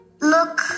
look